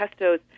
pestos